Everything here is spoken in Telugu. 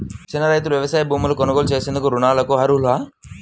చిన్న రైతులు వ్యవసాయ భూములు కొనుగోలు చేసేందుకు రుణాలకు అర్హులా?